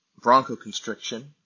bronchoconstriction